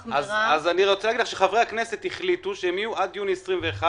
אני רוצה להגיד לך שחברי הכנסת החליטו שהם יהיו עד יוני 21',